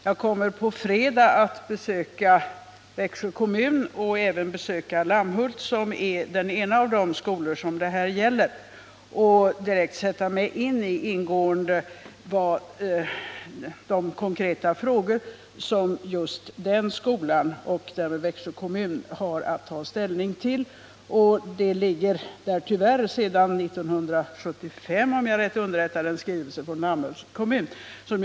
Jag kommer på fredag att besöka Växjö kommun och även Lammhult, som är den ena av de skolor det här gäller, och ingående sätta mig in i de konkreta frågor som just den skolan och därmed Växjö kommun har att ta ställning till. Det finns tyvärr en skrivelse från 1975, om jag är rätt underrättad, från Lammhults kommun i detta ärende.